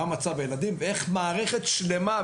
מה מצב הילדים ואיך מערכת שלמה,